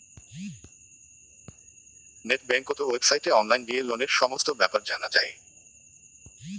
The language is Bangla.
নেট বেংকত ওয়েবসাইটে অনলাইন গিয়ে লোনের সমস্ত বেপার জানা যাই